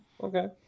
Okay